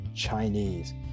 chinese